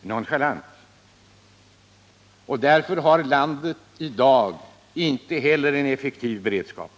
nonchalant — på frågan om oljebekämpningen till sjöss och vid landets kuster. Därför har landet i dag inte heller någon effektiv beredskap.